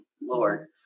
Lord